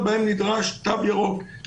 ומפספס את היכולת כנראה בהרבה יותר קרוב לביתו,